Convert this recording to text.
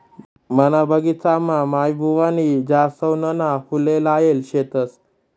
मना बगिचामा माईबुवानी जासवनना फुले लायेल शेतस